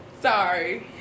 Sorry